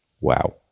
Wow